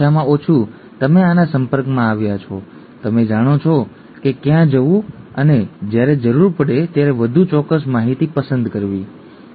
ઓછામાં ઓછું તમે આના સંપર્કમાં આવ્યા છો તમે જાણો છો કે ક્યાં જવું અને જ્યારે જરૂર પડે ત્યારે વધુ ચોક્કસ માહિતી પસંદ કરવી ઠીક છે